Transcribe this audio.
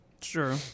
Sure